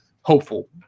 hopeful